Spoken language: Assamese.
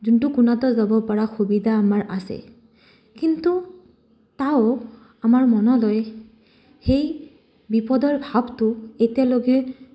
যোনটো কোণতে যাব পৰা সুবিধা আমাৰ আছে কিন্তু তাও আমাৰ মনলৈ সেই বিপদৰ ভাৱটো এতিয়ালৈকে